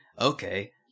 Okay